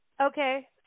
Okay